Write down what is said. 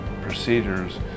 procedures